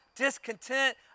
discontent